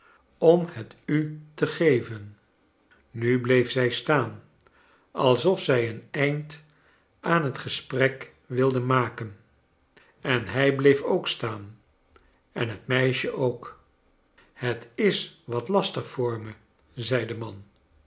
om het u te geven nu bleef zij staan alsof zrj een eind aan het gesprek wilde maken en hij bleef ook staan en het meisje ook het is wat lastig voor me zei de man